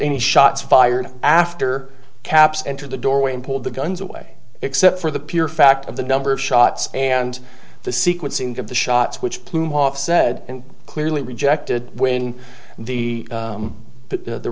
any shots fired after capps entered the doorway and pulled the guns away except for the pure fact of the number of shots and the sequencing of the shots which plume off said and clearly rejected when the but the